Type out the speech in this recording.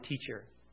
teacher